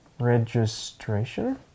registration